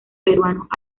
peruanos